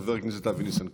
חבר הכנסת אבי ניסנקורן.